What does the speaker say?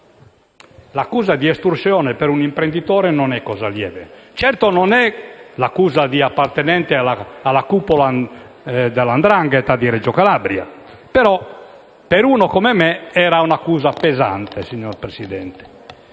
l'accusa di estorsione per un imprenditore non è cosa lieve. Certo non è l'accusa di appartenere alla cupola della 'ndrangheta di Reggio Calabria, ma per uno come me era un accusa pesante, signor Presidente.